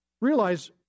realize